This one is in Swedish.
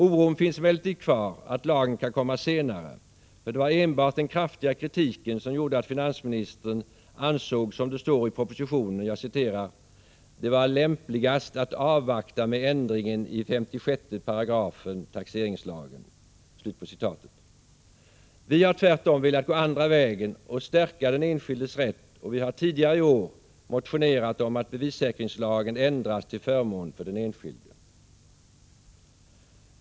Oron finns emellertid kvar för att lagen kan komma senare, för det var enbart den kraftiga kritiken som gjorde att finansministern ansåg, som det står i propositionen, ”att det var lämpligast att avvakta med ändringar i 56 § taxeringslagen”. Vi har tvärtom velat gå andra vägen och stärka den enskildes rätt, och vi har tidigare i år motionerat om att bevissäkringslagen ändras till förmån för den enskilde.